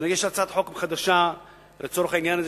שנגיש הצעת חוק חדשה לצורך העניין הזה,